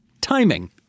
timing